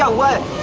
ah what